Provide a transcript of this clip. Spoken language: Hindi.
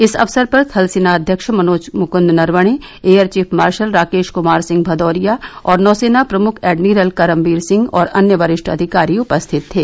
इस अवसर पर थलसेना अध्यक्ष Manoj Mukund Naravane air chief marshal Rakesh Kumar Singh Bhadauria और नौसेना प्रमुख एडमिरल करमबीर सिंह और अन्य वरिष्ठ अधिकारी उपस्थित थे